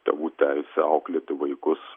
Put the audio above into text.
tėvų teisę auklėti vaikus